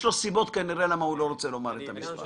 יש לו סיבות כנראה למה הוא לא רוצה לומר את המספר.